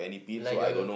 like a